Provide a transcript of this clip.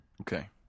Okay